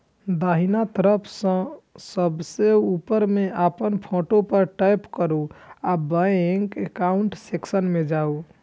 दाहिना तरफ सबसं ऊपर मे अपन फोटो पर टैप करू आ बैंक एकाउंट सेक्शन मे जाउ